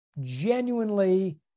genuinely